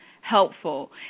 helpful